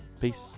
Peace